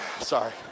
sorry